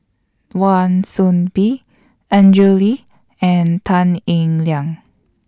Wan Soon Bee Andrew Lee and Tan Eng Liang